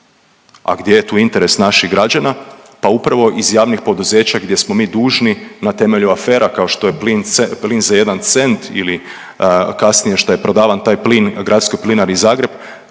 A gdje je tu interes naših građana? Pa upravo iz javnih poduzeća gdje smo mi dužni na temelju afera kao što je plin za jedan cent ili kasnije šta je prodavan taj plin Gradskoj plinari Zagreb,